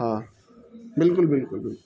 ہاں بالکل بالکل بالکل